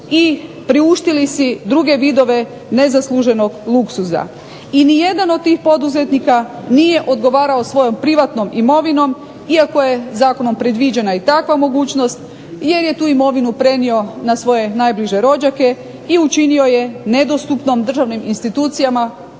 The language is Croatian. i priuštili si druge vidove nezasluženog luksuza. I nijedan od tih poduzetnika nije odgovarao svojom privatnom imovinom iako je zakonom predviđena i takva mogućnost jer je tu imovinu prenio na svoje najbliže rođake i učinio je nedostupnom državnim institucijama